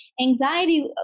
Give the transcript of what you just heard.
anxiety